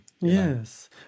yes